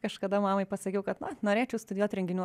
kažkada mamai pasakiau kad na norėčiau studijuot renginių